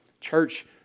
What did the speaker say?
Church